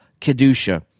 Kedusha